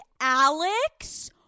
Alex